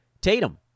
Tatum